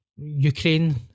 Ukraine